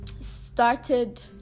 started